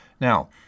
Now